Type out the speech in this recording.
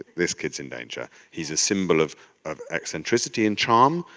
this kid's in danger. he's a symbol of of eccentricity and charm,